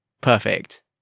Perfect